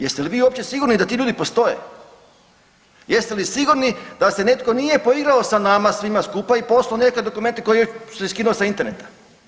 Jeste li vi uopće sigurni da ti ljudi postoje, jeste li sigurni da se netko nije poigrao sa nama svima skupa i poslao neke dokumente koje je skinuo sa interneta.